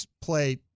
play